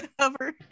cover